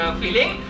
feeling